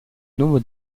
nomo